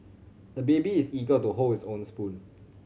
the baby is eager to hold his own spoon